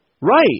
Right